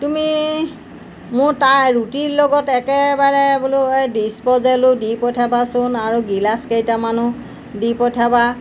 তুমি মোৰ তাৰ ৰুটিৰ লগত একেবাৰে বোলো এই ডিছপজেলো দি পঠাবাচোন আৰু গিলাচ কেইটামানো দি পঠিয়াবা